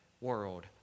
world